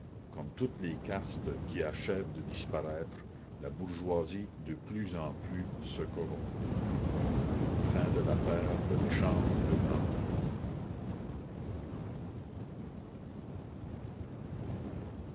comme toutes les castes qui achèvent de disparaître la bourgeoisie de plus en plus se corrompt la